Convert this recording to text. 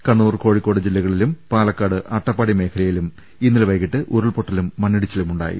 കണ്ണൂർ കോഴിക്കോട് ജില്ലകളിലും പാലക്കാട് അട്ടപ്പാടി മേഖലയിലും ഇന്നലെ വൈകിട്ട് ഉരുൾപൊട്ടലും മണ്ണിടിച്ചിലും ഉണ്ടായി